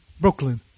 Brooklyn